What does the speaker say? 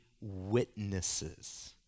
witnesses